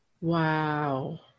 Wow